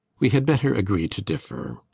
we had better agree to differ.